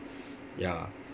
ya